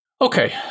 Okay